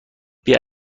بیا